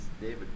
David